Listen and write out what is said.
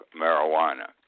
marijuana